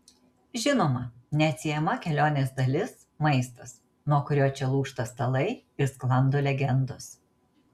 žinoma neatsiejama kelionės dalis maistas nuo kurio čia lūžta stalai ir sklando legendos